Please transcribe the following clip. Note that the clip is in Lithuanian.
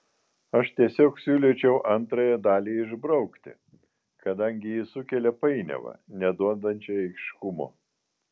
aš tiesiog siūlyčiau antrąją dalį išbraukti kadangi ji sukelia painiavą neduodančią aiškumo